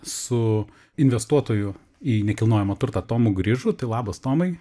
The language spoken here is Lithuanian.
su investuotoju į nekilnojamą turtą tomu grižu tai labas tomai